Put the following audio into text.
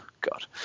god